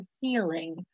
healing